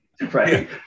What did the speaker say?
right